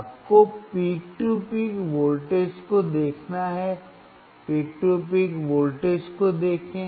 आपको peak to peak voltage को देखना है पीक टू पीक वोल्टेज को देखें